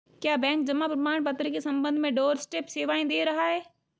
क्या बैंक जमा प्रमाण पत्र के संबंध में डोरस्टेप सेवाएं दे रहा है?